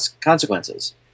consequences